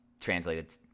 translated